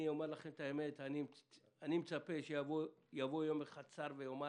אני מצפה שיבוא יום אחד שר, ויאמר: